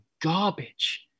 garbage